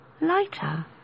lighter